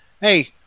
hey